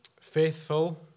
faithful